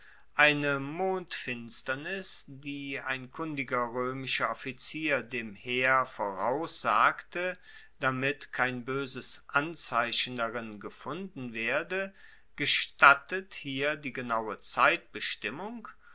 eine mondfinsternis die ein kundiger roemischer offizier dem heer voraussagte damit kein boeses anzeichen darin gefunden werde gestattet hier die genaue